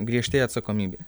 griežtėja atsakomybė